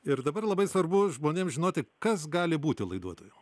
ir dabar labai svarbu žmonėms žinoti kas gali būti laiduotoju